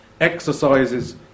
exercises